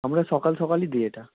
আমরা সকাল সকালই দিই এটা